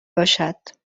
باشد